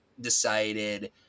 decided